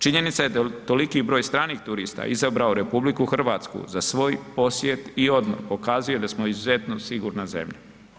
Činjenica je da je toliki broj stranih turista izabrao RH za svoj posjet i odmor, pokazuje da smo izuzetno sigurna zemlja.